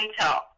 Intel